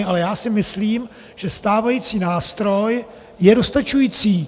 Ale já si myslím, že stávající nástroj je dostačující.